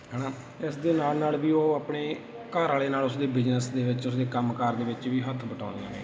ਹੈ ਨਾ ਇਸਦੇ ਨਾਲ ਨਾਲ ਵੀ ਉਹ ਆਪਣੇ ਘਰ ਵਾਲੇ ਨਾਲ ਉਸਦੇ ਬਿਜਨਸ ਦੇ ਵਿੱਚ ਉਸਦੇ ਕੰਮ ਕਾਰ ਦੇ ਵਿੱਚ ਵੀ ਹੱਥ ਵਟਾਉਦੀਆਂ ਨੇ